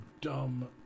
Dumb